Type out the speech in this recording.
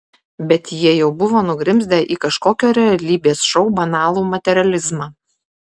bet jie jau buvo nugrimzdę į kažkokio realybės šou banalų materializmą